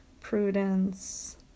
prudence